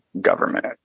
government